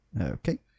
Okay